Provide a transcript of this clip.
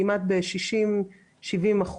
כמעט ב-60%-70%,